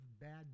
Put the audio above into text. bad